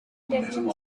detention